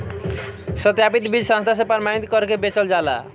सत्यापित बीज संस्था से प्रमाणित करके बेचल जाला